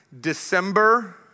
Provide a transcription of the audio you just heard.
December